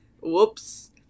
whoops